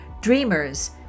Dreamers